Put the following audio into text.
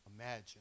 Imagine